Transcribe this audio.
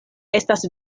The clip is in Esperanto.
estas